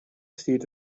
stiet